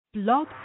Blog